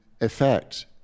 effect